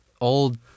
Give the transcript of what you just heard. old